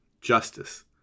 justice